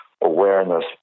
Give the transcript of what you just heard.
awareness